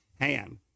hand